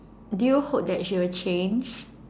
do you hope that she will change